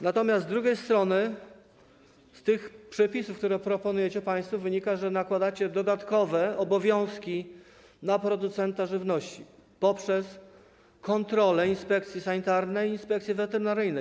Natomiast z drugiej strony z tych przepisów, które proponujecie państwo, wynika, że nakładacie dodatkowe obowiązki na producenta żywności poprzez kontrolę inspekcji sanitarnej i inspekcji weterynaryjnej.